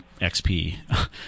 XP